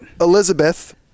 Elizabeth